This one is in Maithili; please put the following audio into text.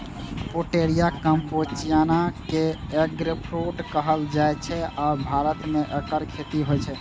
पुटेरिया कैम्पेचियाना कें एगफ्रूट कहल जाइ छै, आ भारतो मे एकर खेती होइ छै